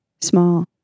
small